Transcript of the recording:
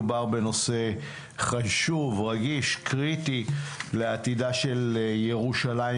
מדובר בנושא חשוב, רגיש, קריטי, לעתידה של ירושלים